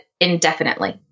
indefinitely